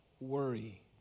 worry